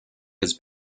has